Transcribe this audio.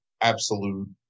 absolute